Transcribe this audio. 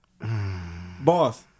boss